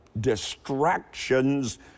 distractions